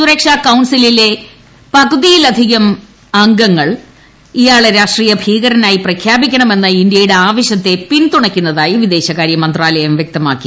സുരക്ഷ കൌൺസിലിലെ പതുകിയിലധികം അംഗങ്ങൾ ഇയാളെ അന്താരാഷ്ട്ര ഭീകരനായി പ്രഖ്യാപിക്കണമെന്ന ഇന്ത്യയുടെ ആവശ്യത്തെ പിന്തുണയ്ക്കുന്നതായി വിദേശകാര്യ മന്ത്രാലയം വ്യക്തമാക്കി